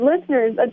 listeners